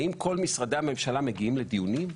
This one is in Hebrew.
האם כל משרדי הממשלה מגיעים לדיונים?